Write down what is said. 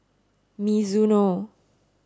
Mizuno